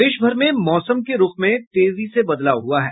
प्रदेश भर में मौसम के रूख में तेजी से बदलाव हुआ है